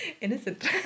innocent